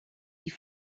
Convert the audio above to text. die